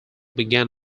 began